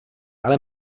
ale